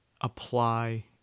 apply